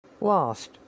Lost